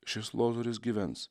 šis lozorius gyvens